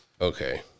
Okay